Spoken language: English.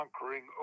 conquering